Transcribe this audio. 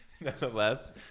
nonetheless